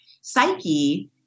psyche